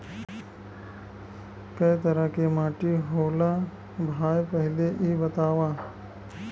कै तरह के माटी होला भाय पहिले इ बतावा?